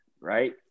right